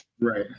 Right